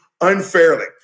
unfairly